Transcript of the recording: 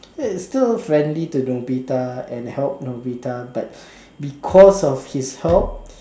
he's still friendly to Nobita and help Nobita but because of his help